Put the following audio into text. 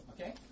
Okay